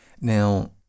Now